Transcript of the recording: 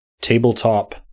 tabletop